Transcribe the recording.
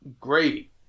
great